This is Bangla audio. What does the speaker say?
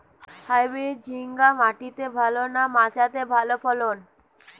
হাইব্রিড ঝিঙ্গা মাটিতে ভালো না মাচাতে ভালো ফলন?